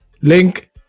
Link